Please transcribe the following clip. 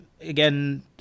again